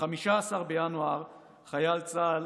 ב-15 בינואר חייל צה"ל